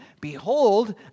behold